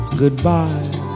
goodbye